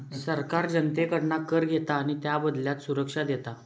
सरकार जनतेकडना कर घेता आणि त्याबदल्यात सुरक्षा देता